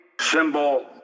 symbol